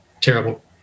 terrible